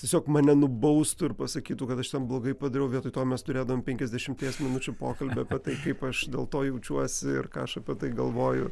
tiesiog mane nubaustų ir pasakytų kad aš ten blogai padariau vietoj to mes turėdavome penkiasdešimties minučių pokalbį apie tai kaip aš dėl to jaučiuosi ir ką aš apie tai galvoju